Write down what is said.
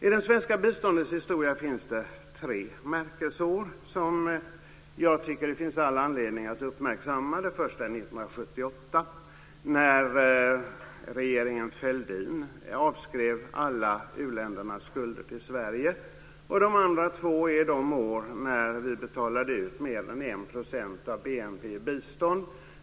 I det svenska biståndets historia finns det tre märkesår som jag tycker att det finns all anledning att uppmärksamma. Det första är 1978, när regeringen Fälldin avskrev alla u-ländernas skulder till Sverige. De andra två är de år när vi betalade ut mer än en procent av BNP i bistånd.